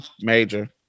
major